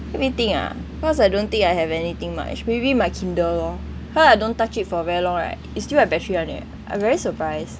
let me think ah cause I don't think I have anything much maybe my Kindle lor if I don't touch it for very long right it still have battery on it I very surprise